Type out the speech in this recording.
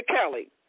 Kelly